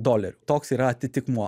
dolerių toks yra atitikmuo